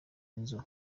nzu